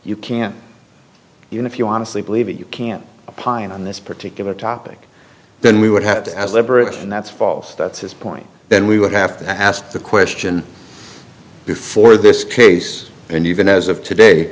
you can't you know if you honestly believe it you can't pine on this particular topic then we would have to as liberals and that's false that's his point then we would have to ask the question before this case and even as of today